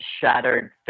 shattered